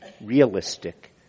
realistic